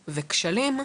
כשלים,